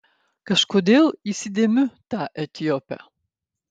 kažkodėl įsidėmiu tą etiopę